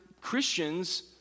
christians